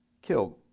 Killed